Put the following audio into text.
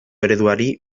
ereduari